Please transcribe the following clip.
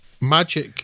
magic